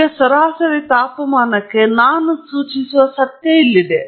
ಈಗ ಸರಾಸರಿ ತಾಪಮಾನಕ್ಕೆ ನಾನು ಸೂಚಿಸುವ ಸತ್ಯ ಇಲ್ಲಿದೆ